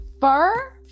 Fur